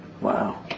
Wow